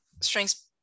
strengths